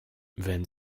wenn